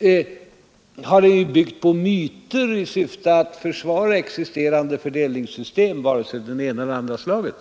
har argumentationen byggt på myter i syfte att försvara existerande fördelningssystem, vare sig de varit av det ena eller andra slaget.